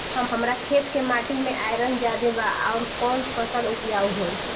हमरा खेत के माटी मे आयरन जादे बा आउर कौन फसल उपजाऊ होइ?